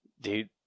Dude